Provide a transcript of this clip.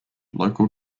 local